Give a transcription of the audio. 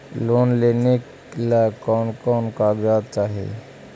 Loan लेने ला कोन कोन कागजात चाही?